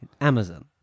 Amazon